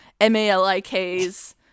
m-a-l-i-k's